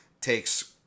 takes